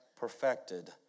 perfected